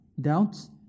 doubts